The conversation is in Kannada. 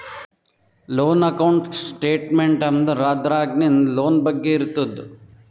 ಲೋನ್ ಅಕೌಂಟ್ ಸ್ಟೇಟ್ಮೆಂಟ್ ಅಂದುರ್ ಅದ್ರಾಗ್ ನಿಂದ್ ಲೋನ್ ಬಗ್ಗೆ ಇರ್ತುದ್